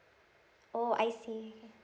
oh I see